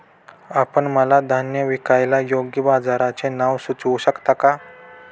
आपण मला धान्य विकायला योग्य बाजाराचे नाव सुचवू शकता का?